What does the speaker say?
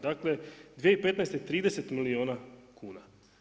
Dakle, 2015. 30 milijuna kuna.